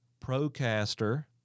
Procaster